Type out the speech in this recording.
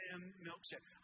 milkshake